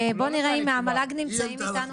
בואו נראה אם המל"ג נמצאים איתנו.